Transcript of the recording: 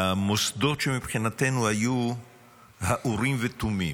שהמוסדות שמבחינתנו היו האורים ותומים,